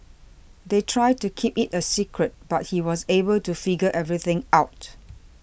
they tried to keep it a secret but he was able to figure everything out